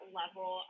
level